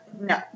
no